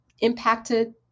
impacted